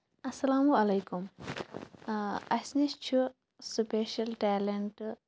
اَسلام علیکُم اَسہِ نِش چھُ سٕپیشَل ٹیلٮ۪نٛٹ